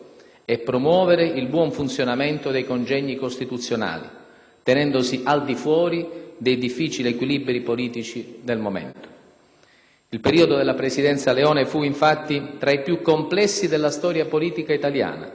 e promuovere il buon funzionamento dei congegni costituzionali, tenendosi al di fuori dei difficili equilibri politici del momento. Il periodo della presidenza Leone fu infatti tra i più complessi della storia politica italiana,